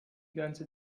ganze